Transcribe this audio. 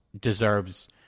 deserves